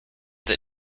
that